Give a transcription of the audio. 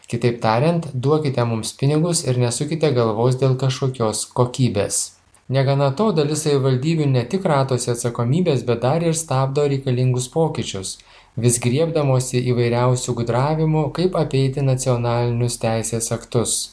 kitaip tariant duokite mums pinigus ir nesukite galvos dėl kažkokios kokybės negana to dalis savivaldybių ne tik kratosi atsakomybės bet dar ir stabdo reikalingus pokyčius vis griebdamosi įvairiausių gudravimų kaip apeiti nacionalinius teisės aktus